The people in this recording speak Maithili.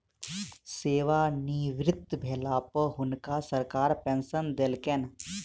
सेवानिवृत भेला पर हुनका सरकार पेंशन देलकैन